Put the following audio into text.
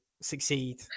succeed